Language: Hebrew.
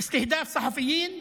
למשפחה שלו?